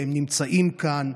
והם נמצאים כאן,